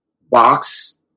box